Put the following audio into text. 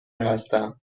هستم